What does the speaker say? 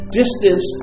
distance